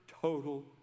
total